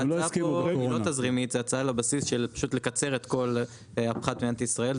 זו הצעה לקצר את כל הפחת במדינת ישראל.